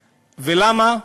ולמה?